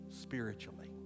spiritually